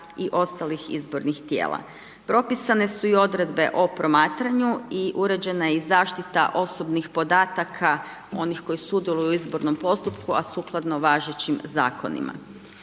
i ostalih izbornih tijela. Propisane su i odredbe o promatranju i uređena je i zaštita osobnih podataka onih koji sudjeluju u izbornom postupku a sukladno važećim zakonima.